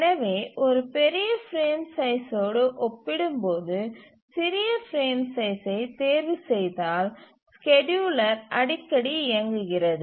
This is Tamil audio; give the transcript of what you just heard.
எனவே ஒரு பெரிய பிரேம் சைஸ்சோடு ஒப்பிடும்போது சிறிய பிரேம் சைசை தேர்வு செய்தால் ஸ்கேட்யூலர் அடிக்கடி இயங்குகிறது